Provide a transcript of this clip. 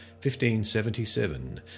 1577